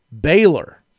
Baylor